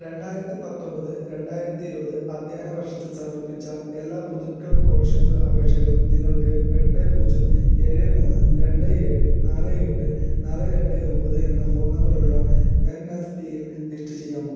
രണ്ടായിരത്തി പത്തൊമ്പത് രണ്ടായിരത്തിയിരുപത് അധ്യയന വർഷത്തിൽ സമർപ്പിച്ച എല്ലാ പുതുക്കൽ കോളർഷിപ്പ് അപേക്ഷകളും നിങ്ങൾക്ക് എട്ട് പൂജ്യം ഏഴ് മൂന്ന് രണ്ട് ഏഴ് നാല് എട്ട് നാല് രണ്ട് ഒമ്പത് എന്ന ഫോൺ നമ്പറിലുള്ള എൻ എസ് പിയിൽ ലിസ്റ്റ് ചെയ്യാമോ